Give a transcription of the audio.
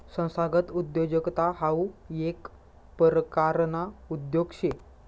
संस्थागत उद्योजकता हाऊ येक परकारना उद्योग शे